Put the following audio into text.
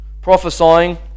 prophesying